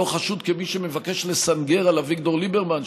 לא חשוד כמי שמבקש לסנגר על אביגדור ליברמן,